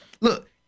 Look